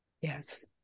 Yes